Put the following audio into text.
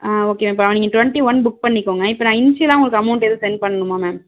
ஆ okay ma'am இப்போ நீங்கள் twenty one book பண்ணிக்கோங்க இப்போ நான் இன்ஷியலாக உங்களுக்கு அமௌன்ட் எதுவும் சென்ட் பண்ணுமா மேம்